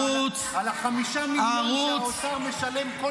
אף פעם לא התלוננת על 5 מיליון שהאוצר משלם כל